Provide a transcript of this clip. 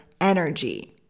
energy